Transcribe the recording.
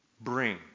bring